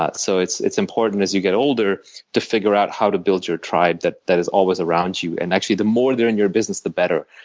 so it's it's important as you get older to figure out how to build your tribe that that is always around you. and actually, the more they're in your business, the better.